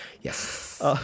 Yes